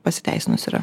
pasiteisinus yra